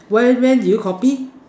when when did you copy